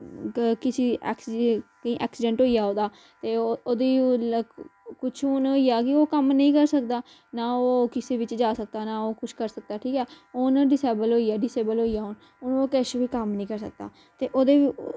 की किसी एकसरी एक्सीडेंट होई जा औह्दा ते औह्दी कुछ हुन होई जा कि हुन ओह् कम्म नेईं करी सकदा ना ओह् किसी बिच जा सकदा ना कुछ कर सकदा ठीक ऐ ओह् न डिसएबल होई गेआ डिसएबल होई गेआ हुन ओह् हुन किश कम्म नेईं करी सकदा ते औह्दे